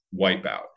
wipeout